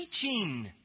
teaching